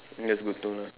that's good to know